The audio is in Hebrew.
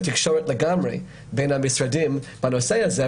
תקשורת לגמרי בין המשרדים בנושא הזה,